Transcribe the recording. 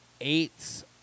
Eight